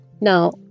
Now